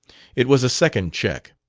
it was a second check.